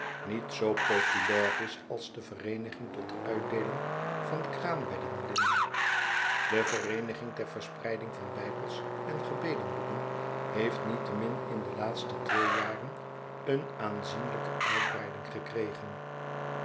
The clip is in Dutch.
niet zoo populair is als de vereeniging tot uitdeelen van kraambeddenlinnen de vereeniging ter verspreiding van bijbels en gebedenboeken heeft niettemin in de laatste twee jaren een aanzienlijke uitbreiding gekregen